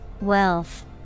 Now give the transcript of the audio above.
Wealth